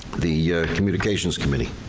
the communications committee,